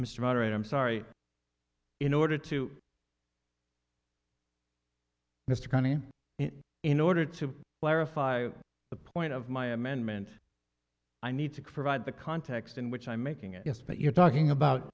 mr moderator i'm sorry in order to mr comey in order to clarify the point of my amendment i need to provide the context in which i'm making it yes but you're talking